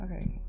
Okay